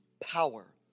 power